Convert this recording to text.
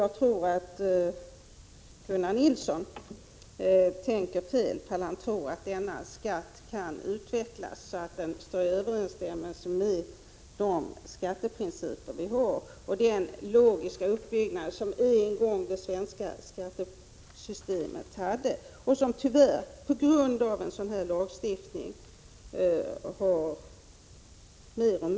Jag tror att Gunnar Nilsson tar fel ifall han tror att denna skatt kan utvecklas så, att den kommer att stå i överensstämmelse med de skatteprinciper som vi har och med den logiska uppbyggnad som det svenska skattesystemet en gång hade, men som — tyvärr — mer och mer har förötts under senare år på grund av lagstiftningen på detta område.